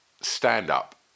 stand-up